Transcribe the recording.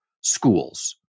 schools